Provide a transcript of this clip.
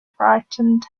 frightened